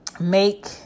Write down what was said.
make